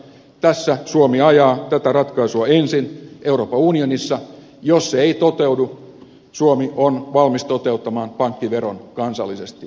tässä suomi ajaa tätä ratkaisua ensin euroopan unionissa ja jos se ei toteudu suomi on valmis toteuttamaan pankkiveron kansallisesti